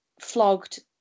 flogged